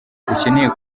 ukeneye